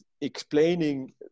explaining